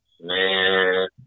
Man